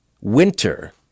winter